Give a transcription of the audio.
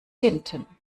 hinten